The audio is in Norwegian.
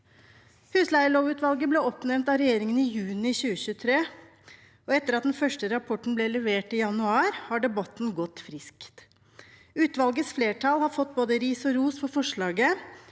Husleielovutvalget ble oppnevnt av regjeringen i juni 2023. Etter at den første rapporten ble levert i januar, har debatten gått friskt. Utvalgets flertall har fått både ris og ros for forslaget